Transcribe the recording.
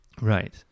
right